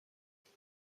قابل